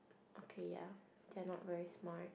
okay ya they're not very smart